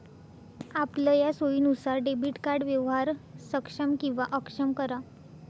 आपलया सोयीनुसार debit card व्यवहार सक्षम किंवा अक्षम करा